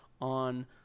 on